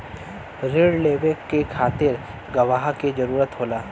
रिण लेवे के खातिर गवाह के जरूरत होला